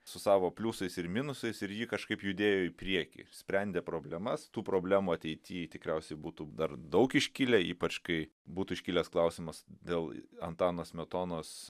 su savo pliusais ir minusais ir ji kažkaip judėjo į priekį sprendė problemas tų problemų ateity tikriausiai būtų dar daug iškilę ypač kai būtų iškilęs klausimas dėl antano smetonos